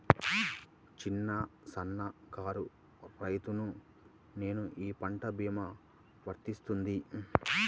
చిన్న సన్న కారు రైతును నేను ఈ పంట భీమా వర్తిస్తుంది?